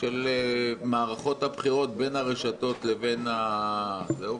של מערכות הבחירות בין הרשתות לבין התקשורת.